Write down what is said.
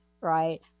right